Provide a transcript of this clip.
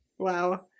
Wow